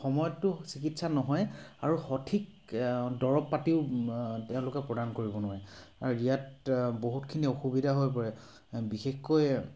সময়তটো চিকিৎসা নহয়েই আৰু সঠিক দৰৱ পাতিও তেওঁলোকে প্ৰদান কৰিব নোৱাৰে আৰু দিয়াত বহুতখিনি অসুবিধা হৈ পৰে বিশেষকৈ